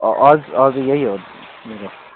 हजुर हजुर यै हो